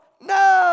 No